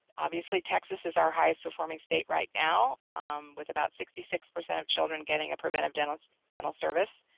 obviously texas is our highest performing state right now with about sixty six percent of children getting a preventive dental dental service.